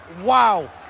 Wow